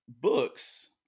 books